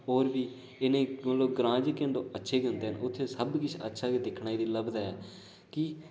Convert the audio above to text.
और बी इन्ने ग्रां च मतलब केह् होंदां अच्छा गै हुदें ऐ उत्थै सब किश अच्छा बी दिखने गी लभदा ता कि